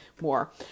more